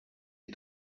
les